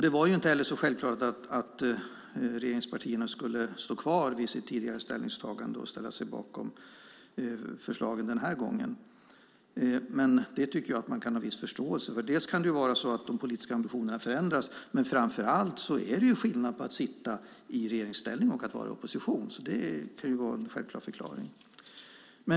Det var inte heller så självklart att regeringspartierna skulle stå kvar vid sitt tidigare ställningstagande och ställa sig bakom förslagen den här gången, men det tycker jag att man kan ha viss förståelse för. Bland annat kan de politiska ambitionerna förändras, men framför allt är det skillnad på att sitta i regeringsställning och att vara i opposition. Det kan vara en självklar förklaring.